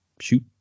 shoot